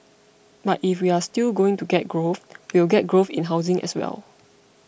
but if we are still going to get growth we will get growth in housing as well